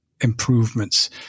improvements